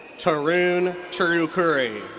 tarun cherukuri.